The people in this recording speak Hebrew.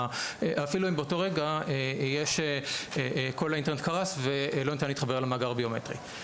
אפילו אם באותו רגע כל האינטרנט קרס ולא ניתן להתחבר למאגר הביומטרי.